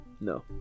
no